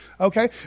Okay